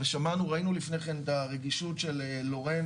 וראינו לפניכן את הרגישות של לורן